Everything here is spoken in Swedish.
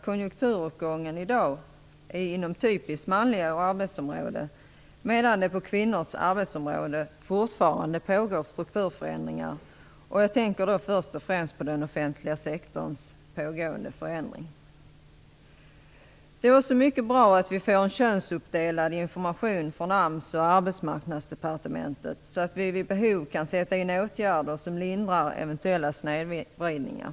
Konjunkturuppgången i dag är inom typiskt manliga arbetsområden medan det på kvinnors arbetsområden fortfarande pågår strukturförändringar. Jag tänker då först och främst på den offentliga sektorns pågående förändring. Det är också mycket bra att vi får en könsuppdelad information från AMS och Arbetsmarknadsdepartementet så att vi vid behov kan sätta in åtgärder som lindrar eventuella snedvridningar.